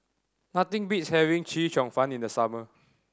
nothing beats having Chee Cheong Fun in the summer